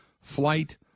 flight